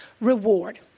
reward